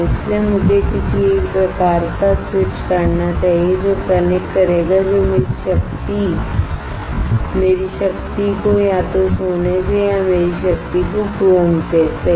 इसलिए मेरे पास किसी प्रकार का स्विच होना चाहिएजो कनेक्ट करेगा जो मेरी शक्ति मेरी शक्ति को या तो गोल्ड से या मेरी शक्ति को क्रोम से सही